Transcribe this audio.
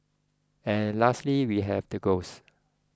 and lastly we have the ghosts